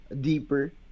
deeper